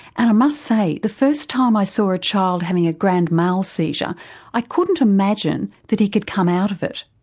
and i must say the first time i saw a child having a grand mal seizure i couldn't imagine that he could come out of it,